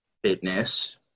fitness